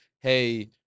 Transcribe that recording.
hey